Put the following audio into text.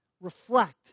reflect